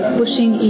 pushing